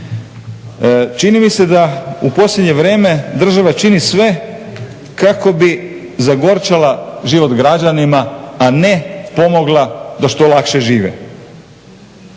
Čini mi se da u posljednje vrijeme država čini sve kako bi zagorčala život građanima, a ne pomogla da što lakše žive.